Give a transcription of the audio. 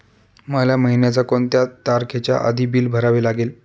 मला महिन्याचा कोणत्या तारखेच्या आधी बिल भरावे लागेल?